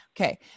Okay